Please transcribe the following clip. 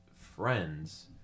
friends